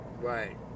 Right